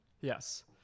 Yes